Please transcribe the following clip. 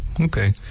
Okay